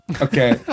Okay